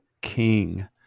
King